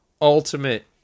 ultimate